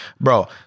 Bro